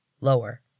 Lower